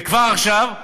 וכבר עכשיו,